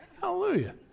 Hallelujah